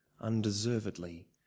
undeservedly